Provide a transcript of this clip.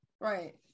Right